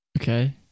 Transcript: Okay